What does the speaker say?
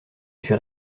suis